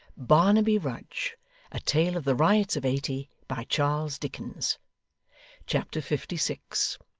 barnaby rudge a tale of the riots of eighty by charles dickens chapter fifty six